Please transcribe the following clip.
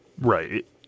Right